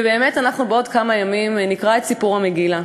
ובאמת אנחנו בעוד כמה ימים נקרא את סיפור המגילה,